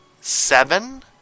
seven